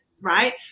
Right